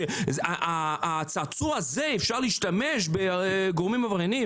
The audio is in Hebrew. ושגורמים עברייניים יכולים להשתמש בצעצוע הזה.